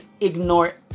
Ignore